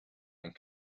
and